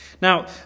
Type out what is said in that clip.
Now